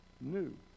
new